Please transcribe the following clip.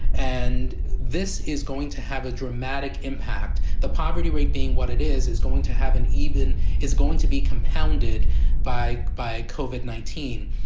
and this is going to have a dramatic impact the poverty rate being what it is, is going to have an even is going to be compounded by by cauvin nineteen.